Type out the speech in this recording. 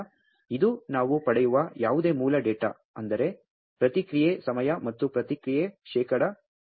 ಆದ್ದರಿಂದ ಇದು ನಾವು ಪಡೆಯುವ ಯಾವುದೇ ಮೂಲ ಡೇಟಾ ಅಂದರೆ ಪ್ರತಿಕ್ರಿಯೆ ಸಮಯ ಮತ್ತು ಪ್ರತಿಕ್ರಿಯೆ ಶೇಕಡಾ